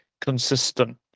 consistent